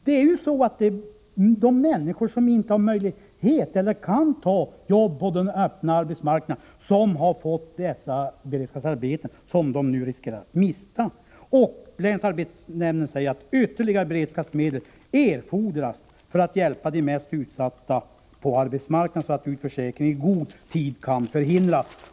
De människor som inte har möjlighet eller som inte kan ta jobb på den öppna arbetsmarknaden har fått dessa beredskapsarbeten, vilka de nu riskerar att mista. Länsarbetsnämnden förklarar att ytterligare beredskapsmedel erfordras för att hjälpa de mest utsatta på arbetsmarknaden så att utförsäkring i god tid kan förhindras.